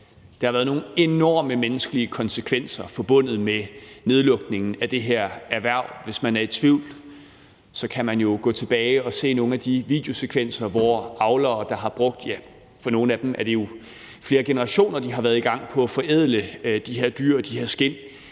Der har været nogle enorme menneskelige konsekvenser forbundet med nedlukningen af det her erhverv. Hvis man er i tvivl, kan man jo gå tilbage og se nogle af de videosekvenser, hvor avlere, der har brugt, ja, for nogle af dem flere generationer på at forædle de her dyr og de her skind,